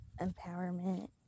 empowerment